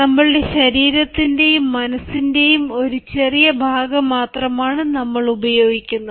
നമ്മളുടെ ശരീരത്തിന്റെയും മനസിന്റെയും ഒരു ചെറിയ ഭാഗം മാത്രമാണ് നമ്മൾ ഉപയോഗിക്കുന്നത്